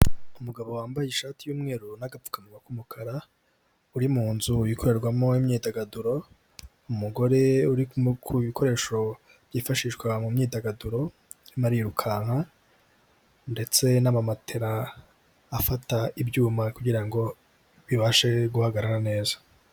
Umugabo wambaye ishati y'umweru n'agapfukanwa k'umukara uri mu nzu ikorerwamo imyidagaduro, umugore uri ku bikoresho byifashishwa mu myidagaduro arimo arirukanka ndetse n'amamatera afata ibyuma kugira ngo bibashe guhagarara neza.